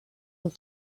ont